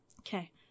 Okay